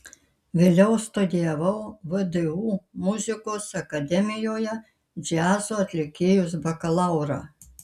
vėliau studijavau vdu muzikos akademijoje džiazo atlikėjos bakalaurą